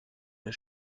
der